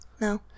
No